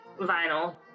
vinyl